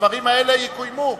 שהדברים האלה יקוימו.